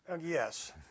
yes